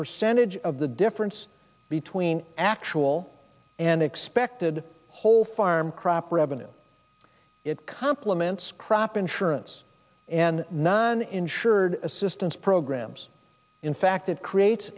percentage of the difference between actual and expected whole farm crop revenue it compliments crop insurance and non insured assistance programs in fact it creates